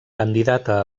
candidata